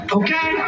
okay